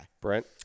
Brent